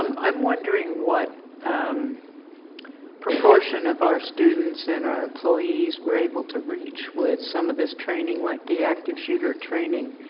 um i am wondering what the um proportion of our students and our employees were able to reach with some of this training like the active shooter training